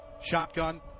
shotgun